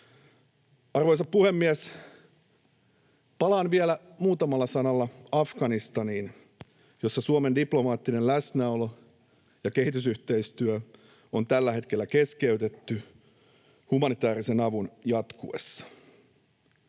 Arvoisa puhemies! Palaan vielä muutamalla sanalla Afganistaniin, jossa Suomen diplomaattinen läsnäolo ja kehitysyhteistyö on tällä hetkellä keskeytetty humanitaarisen avun jatkuessa.